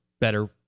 better